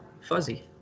fuzzy